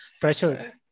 pressure